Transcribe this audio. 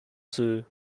zoo